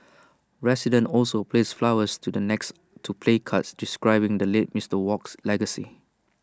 residents also placed flowers to the next to placards describing the late Mister Wok's legacy